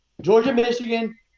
Georgia-Michigan